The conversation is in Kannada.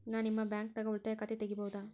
ನಾ ನಿಮ್ಮ ಬ್ಯಾಂಕ್ ದಾಗ ಉಳಿತಾಯ ಖಾತೆ ತೆಗಿಬಹುದ?